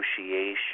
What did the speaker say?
negotiation